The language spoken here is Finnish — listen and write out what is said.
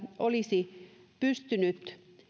olisi pystynyt